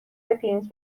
پرینت